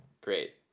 great